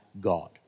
God